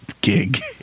gig